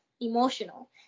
emotional